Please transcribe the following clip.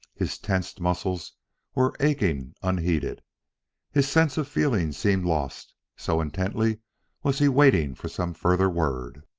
his tensed muscles were aching unheeded his sense of feeling seemed lost, so intently was he waiting for some further word.